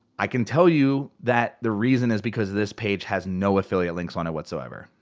i can tell you that the reason is because this page has no affiliate links on it whatsoever.